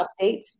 updates